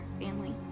family